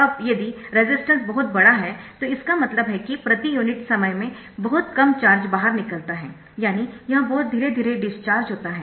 अब यदि रेसिस्टेंस बहुत बड़ा है तो इसका मतलब है कि प्रति यूनिट समय में बहुत कम चार्ज बाहर निकलता है यानी यह बहुत धीरे धीरे डिस्चार्ज होता है